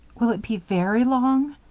will it be very long?